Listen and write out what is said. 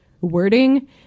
wording